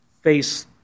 face